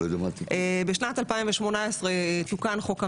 בשנת 2018 תוקן חוק המרכז,